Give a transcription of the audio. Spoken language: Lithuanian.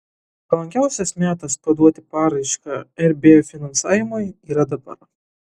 palankiausias metas paduoti paraišką rb finansavimui yra dabar